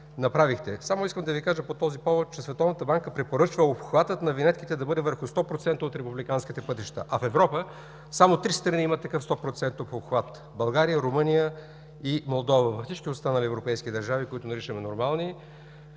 Само искам да Ви кажа по този повод, че Световната банка препоръчва обхватът на винетките да бъде върху 100% от републиканските пътища, а в Европа само три страни имат такъв 100% обхват – България, Румъния и Молдова. Във всички останали европейски държави, които наричаме нормални,